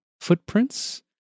footprints